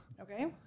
Okay